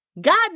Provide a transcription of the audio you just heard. God